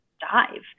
dive